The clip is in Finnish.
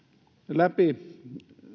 läpi